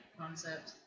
concept